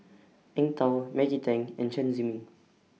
Eng Tow Maggie Teng and Chen Zhiming